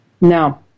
Now